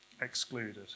excluded